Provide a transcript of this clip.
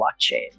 Blockchain